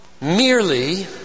merely